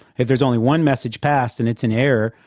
if there's only one message passed and it's an error,